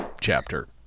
chapter